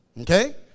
Okay